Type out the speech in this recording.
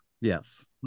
Yes